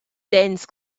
dense